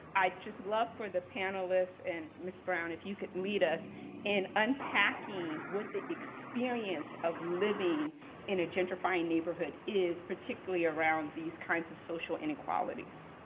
i'd just love for the panelists and ms. brown, if you could lead us in unpacking what the experience of living in a gentrifying neighborhood is, particularly around these kinds of social inequalities?